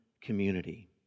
community